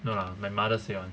no lah my mother say [one]